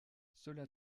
cela